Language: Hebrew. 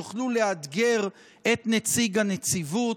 יוכלו לאתגר את נציג הנציבות.